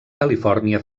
califòrnia